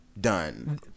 done